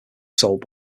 sold